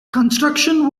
construction